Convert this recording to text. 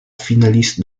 finaliste